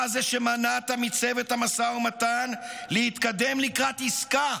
אתה זה שמנעת מצוות המשא ומתן להתקדם לקראת עסקה